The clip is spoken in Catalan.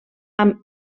amb